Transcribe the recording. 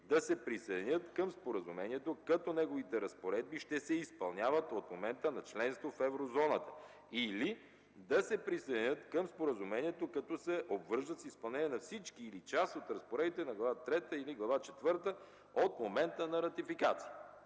да се присъединят към споразумението, като неговите разпоредби ще се изпълняват от момента на членство в Еврозоната, или - да се присъединят към споразумението, като се обвържат с изпълнението на всички или на част от разпоредбите на Глава трета или Глава четвърта от момента на ратификация.